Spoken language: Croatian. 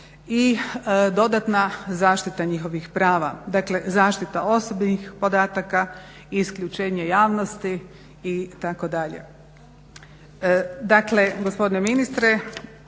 i dodatna zaštita njihovih prava, dakle zaštita osobnih podataka, isključenje javnosti itd.